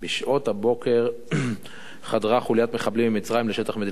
בשעות הבוקר חדרה חוליית מחבלים ממצרים לשטח מדינת ישראל.